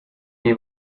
miei